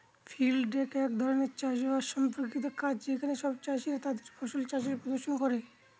field day এক ধরনের চাষ বাস সম্পর্কিত কাজ যেখানে সব চাষীরা তাদের ফসল চাষের প্রদর্শন করে